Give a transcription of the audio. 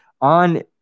on